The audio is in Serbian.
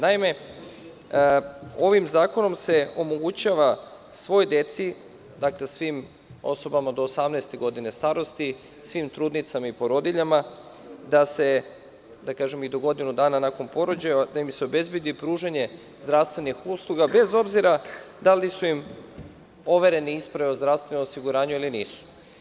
Naime, ovim zakonom se omogućava svoj deci, svim osobama do osamnaeste godine starosti, svim trudnicama i porodiljama, i do godinu dana posle porođaja, da im se obezbedi pružanje zdravstvenih usluga, bez obzira da li su im overene isprave o zdravstvenom osiguranju ili nisu.